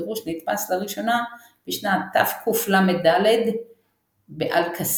הפירוש נדפס לראשונה בשנת תקל"ד באלקסיץ.